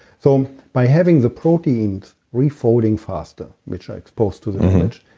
so, by having the proteins refolding faster, which i exposed to the damage